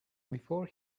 before